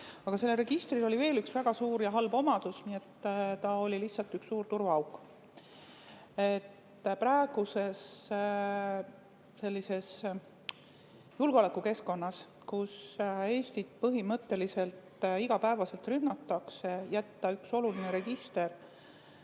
Aga sellel registril oli veel üks väga suur ja halb omadus: ta oli lihtsalt üks suur turvaauk. Praeguses julgeolekukeskkonnas, kui Eestit põhimõtteliselt iga päev rünnatakse, üks oluline register